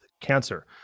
cancer